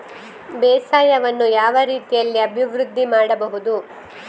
ಬೇಸಾಯವನ್ನು ಯಾವ ರೀತಿಯಲ್ಲಿ ಅಭಿವೃದ್ಧಿ ಮಾಡಬಹುದು?